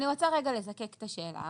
אני רוצה לזקק את השאלה.